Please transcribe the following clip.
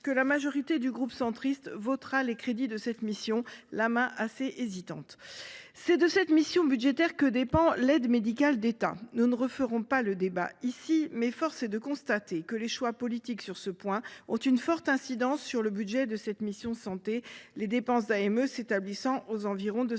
que la majorité du groupe Union Centriste votera les crédits de cette mission, d’une main assez hésitante. De cette mission budgétaire dépend l’AME. Nous ne referons pas le débat ici, mais force est de constater que les choix politiques sur ce point ont une forte incidence sur le budget de cette mission, les dépenses d’AME s’établissant à 51 % environ du